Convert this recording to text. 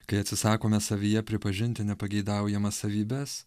kai atsisakome savyje pripažinti nepageidaujamas savybes